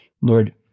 Lord